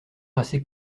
assez